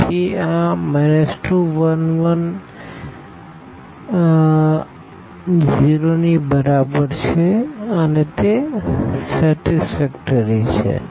તેથી આ 2 1 1 તેથી અહીં 2 1 1 તેથી આ 0 ની બરાબર છે તે સંતોષકારક છે